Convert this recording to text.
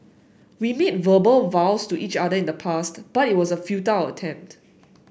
we made verbal vows to each other in the past but it was a futile attempt